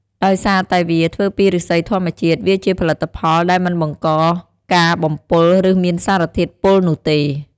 ដោយសារតែវាធ្វើពីឫស្សីធម្មជាតិ វាជាផលិតផលដែលមិនបង្កការបំពុល ឬមានសារធាតុពុលនោះទេ។